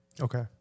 Okay